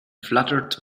fluttered